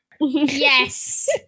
yes